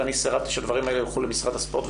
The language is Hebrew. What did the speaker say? ואני סירבתי שהדברים האלה יילכו למשרד הספורט,